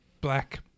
Black